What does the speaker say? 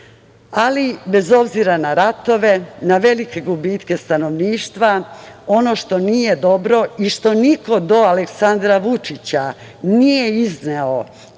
bez obzira na ratove, na velike gubitke stanovništva, ono što nije dobro i što niko do Aleksandra Vučića nije izneo